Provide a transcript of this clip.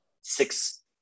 six